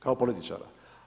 Kao političara.